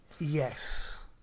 Yes